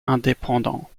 indépendant